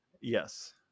yes